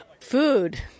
food